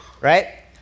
Right